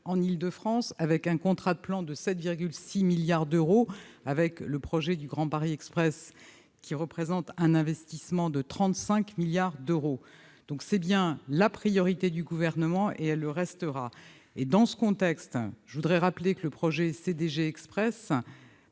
en Île-de-France, avec un contrat de plan de 7,6 milliards d'euros et le projet du Grand Paris Express, qui représente un investissement de 35 milliards d'euros. Les transports du quotidien sont donc bien la priorité du Gouvernement, et ils le resteront ! Dans ce contexte, je voudrais rappeler que le projet du CDG Express